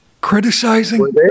criticizing